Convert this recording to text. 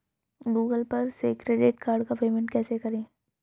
Google पर से credit card का पेमेंट कैसे करें?